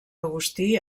agustí